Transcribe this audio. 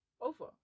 Over